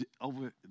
over